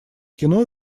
кино